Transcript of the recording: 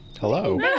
hello